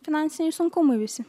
finansiniai sunkumai visi